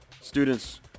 Students